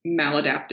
maladaptive